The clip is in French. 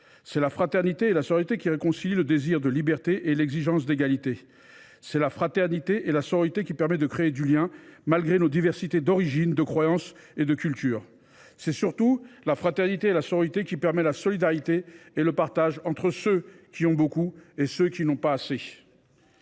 Ce sont la fraternité et la sororité qui réconcilient le désir de liberté et l’exigence d’égalité. Ce sont la fraternité et la sororité qui permettent de créer du lien malgré nos diversités d’origine, de croyance et de culture. Surtout, ce sont la fraternité et la sororité qui permettent la solidarité et le partage entre ceux qui ont beaucoup et ceux qui n’ont pas assez.